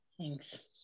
Thanks